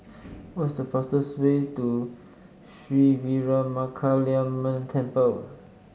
what's the fastest way to Sri Veeramakaliamman Temple